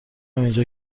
اینجا